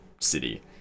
city